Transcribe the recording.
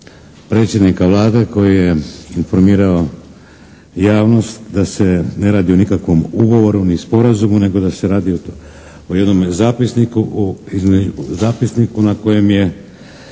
predsjednika Vlade koji je informirao javnost da se ne radi o nikakvom ugovoru ni sporazumu nego da se radi o jednom zapisniku u,